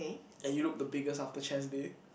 and you look the biggest after chest day